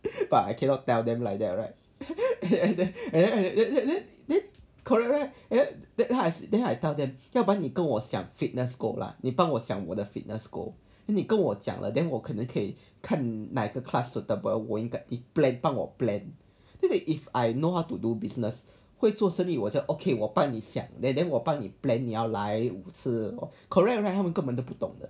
but I cannot tell them like that right and then then then correct right at that time as then I tell them 要不然你跟我想 fitness scope lah 你帮我想我的 fitness goal then 你跟我讲了 then 我可能可以看哪个 class suitable plan 帮我 plan then they if I know how to do business 会做生意我就 okay 我想 there then 我帮你 plan 你要来五次 or correct right 他们根本都不懂的